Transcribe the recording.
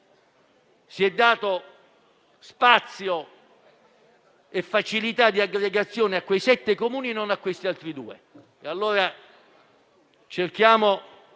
sono dati spazio e facilità di aggregazione a quei sette Comuni e non a questi altri due.